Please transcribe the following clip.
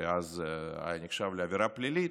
אז הוא נחשב לעבירה פלילית,